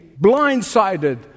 blindsided